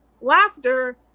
laughter